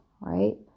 right